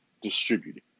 distributed